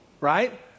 right